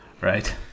right